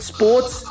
Sports